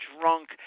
drunk